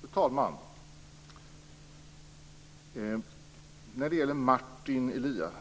Fru talman! När det gäller